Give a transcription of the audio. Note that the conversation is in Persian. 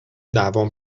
دعوام